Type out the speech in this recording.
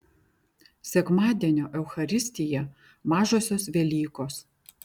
sekmadienio eucharistija mažosios velykos